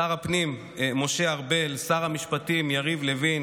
לשר הפנים משה ארבל, לשר המשפטים יריב לוין,